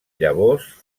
llavors